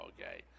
okay